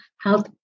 health